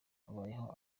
abayeho